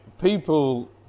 people